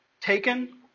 taken